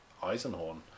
Eisenhorn